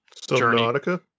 subnautica